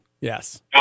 Yes